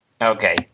Okay